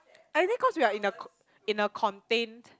I think cause we are in a co~ in a contained